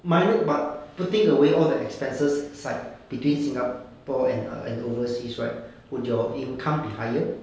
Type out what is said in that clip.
minu~ but putting away all the expenses side between singapore and a an overseas right would your income be higher